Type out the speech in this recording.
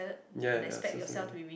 ya ya ya certainly